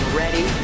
ready